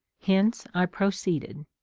hence i proceeded.